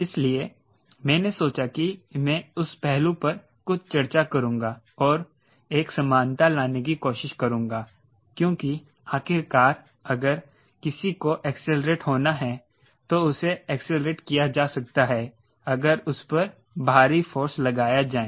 इसलिए मैंने सोचा कि मैं उस पहलू पर कुछ चर्चा करूंगा और एक समानता लाने की कोशिश करूंगा क्योंकि आखिरकार अगर किसी को एक्सेलेरेट होना है तो उसे एक्सेलेरेट किया जा सकता है अगर उस पर बाहरी फोर्स लगाया जाए